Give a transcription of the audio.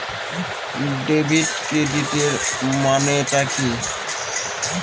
Debit ক্রেডিটের মানে টা কি?